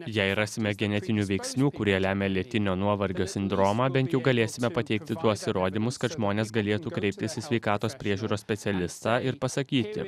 jei rasime genetinių veiksnių kurie lemia lėtinio nuovargio sindromą bent jau galėsime pateikti tuos įrodymus kad žmonės galėtų kreiptis į sveikatos priežiūros specialistą ir pasakyti